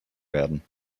werden